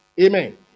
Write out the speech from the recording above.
Amen